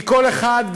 כי כל אחד,